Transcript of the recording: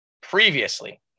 previously